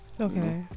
Okay